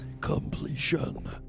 completion